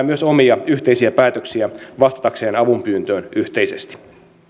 myös omia yhteisiä päätöksiä vastatakseen avunpyyntöön yhteisesti